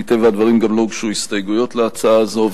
מטבע הדברים גם לא הוגשו הסתייגויות להצעה הזאת,